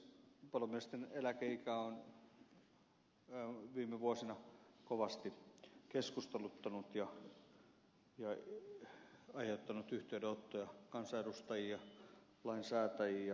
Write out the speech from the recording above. palomiesten eläkeikä on viime vuosina kovasti keskusteluttanut ja aiheuttanut yhteydenottoja kansanedustajiin ja lainsäätäjiin ja virkamiehiin